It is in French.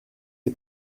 est